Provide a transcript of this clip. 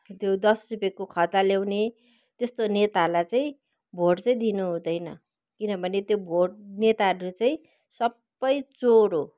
के त्यो दस रुपियाँको खदा ल्याउने त्यस्तो नेतालाई चाहिँ भोट चाहिँ दिनुहुँदैन किनभने त्यो भोट नेताहरू चाहिँ सबै चोर हो